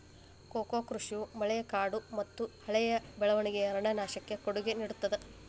cocoa ಕೃಷಿಯು ಮಳೆಕಾಡುಮತ್ತುಹಳೆಯ ಬೆಳವಣಿಗೆಯ ಅರಣ್ಯನಾಶಕ್ಕೆ ಕೊಡುಗೆ ನೇಡುತ್ತದೆ